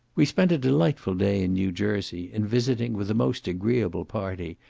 we spent a delightful day in new jersey, in visiting, with a most agreeable party,